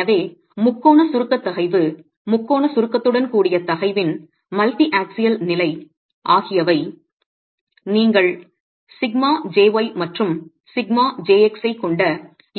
எனவே முக்கோண சுருக்க தகைவு முக்கோண சுருக்கத்துடன் கூடிய தகைவின் மல்டிஆக்சியல் நிலை ஆகியவை நீங்கள் σjy மற்றும் σjx ஐக் கொண்ட